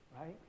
right